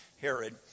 Herod